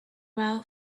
well